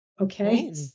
Okay